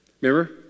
Remember